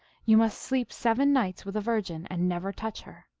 you must sleep seven nights with a virgin, and never touch her.